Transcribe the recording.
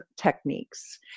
techniques